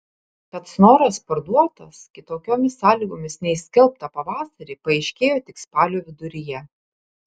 kad snoras parduotas kitokiomis sąlygomis nei skelbta pavasarį paaiškėjo tik spalio viduryje